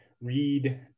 read